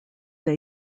they